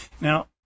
Now